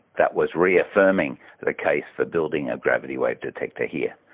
that was reaffirming the case for building a gravity wave detector here.